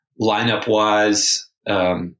lineup-wise